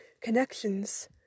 connections